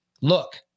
look